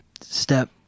step